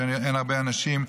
שאין הרבה אנשים,